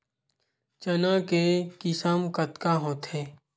चना के किसम कतका होथे?